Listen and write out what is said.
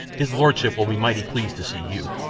his lordship will be mighty pleased to see you.